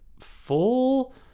full